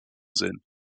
sehen